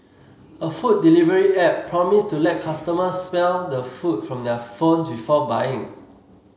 a food delivery app promised to let customers smell the food from their phones before buying